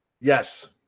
Yes